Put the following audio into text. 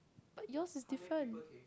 but yours is different